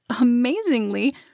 amazingly